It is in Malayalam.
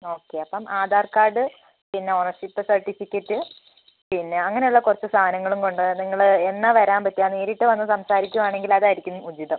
ഓക്കെ അപ്പം ആധാർ കാർഡ് പിന്നെ ഓണർഷിപ്പ് സർട്ടിഫിക്കറ്റ് പിന്നെ അങ്ങനെയുള്ള കുറച്ച് സാധനങ്ങളും കൊണ്ടുവാ നിങ്ങൾ എന്നാണ് വരാൻ പറ്റുക നേരിട്ടു വന്ന് സംസാരിക്കുകയാണെങ്കിൽ അതായിരിക്കും ഉചിതം